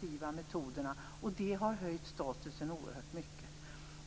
Detta har gjort att statusen för alternativ medicin har höjts oerhört mycket.